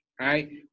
right